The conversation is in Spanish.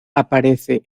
aparece